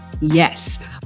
Yes